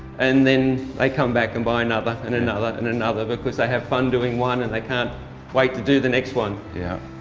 and then they come back and buy another, ah but and another, and another, because they have fun doing one and they can't wait to do the next one. yeah,